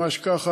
ממש ככה.